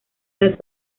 las